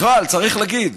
בכלל, צריך להגיד: